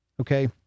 Okay